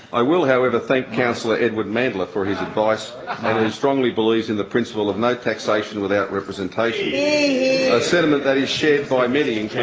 i will however thank councillor edward mandla for his advice. he strongly believes in the principle of no taxation without representation, a sentiment that is shared by many,